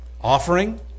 offering